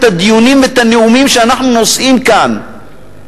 את הדיונים ואת הנאומים שאנחנו נושאים כאן,